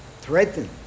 threatened